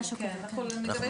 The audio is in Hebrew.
אנחנו נגבש